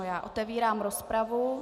Já otevírám rozpravu.